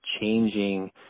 changing